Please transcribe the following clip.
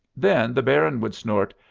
then the baron would snort,